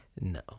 no